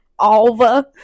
Alva